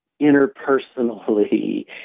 interpersonally